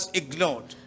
ignored